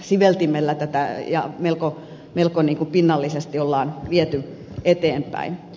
siveltimellä ja melko pinnallisesti tätä on viety eteenpäin